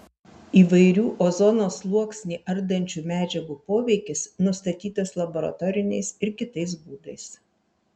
įvairių ozono sluoksnį ardančių medžiagų poveikis nustatytas laboratoriniais ir kitais būdais